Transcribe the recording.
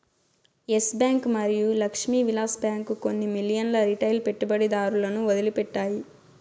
yes bank మరియు Lakshmi Vilas bank కొన్ని మిలియన్ల రిటైల్ పెట్టుబడిదారులను వదిలిపెట్టాయి